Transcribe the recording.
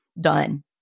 done